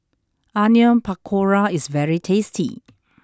Onion Pakora is very tasty